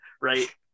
right